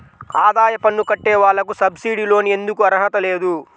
ఆదాయ పన్ను కట్టే వాళ్లకు సబ్సిడీ లోన్ ఎందుకు అర్హత లేదు?